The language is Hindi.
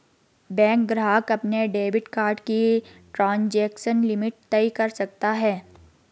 बैंक ग्राहक अपने डेबिट कार्ड की ट्रांज़ैक्शन लिमिट तय कर सकता है